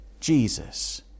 Jesus